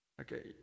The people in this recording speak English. Okay